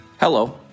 Hello